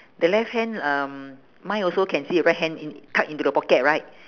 the left hand um mine also can see the right hand in~ tuck into the pocket right